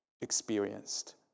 experienced